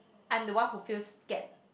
I'm the one who feels scared